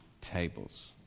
tables